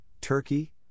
Turkey